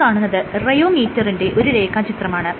ഈ കാണുന്നത് റെയോമീറ്ററിന്റെ ഒരു രേഖാചിത്രമാണ്